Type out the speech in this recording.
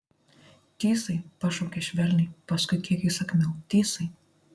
tysai pašaukė švelniai paskui kiek įsakmiau tysai